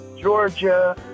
Georgia